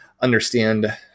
understand